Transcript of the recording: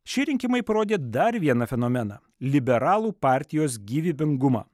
šie rinkimai parodė dar vieną fenomeną liberalų partijos gyvybingumą